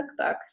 cookbooks